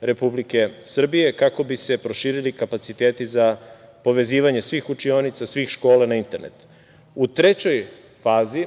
Republike Srbije kako bi se proširili kapaciteti za povezivanje svih učionica, svih škola na internet.U trećoj fazi